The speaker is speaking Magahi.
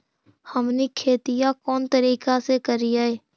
हमनी खेतीया कोन तरीका से करीय?